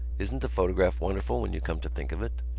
isn't the photograph wonderful when you come to think of it?